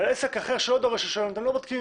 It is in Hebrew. עסק אחר שלא דורש רישיון, אתם לא בודקים